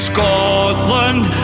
Scotland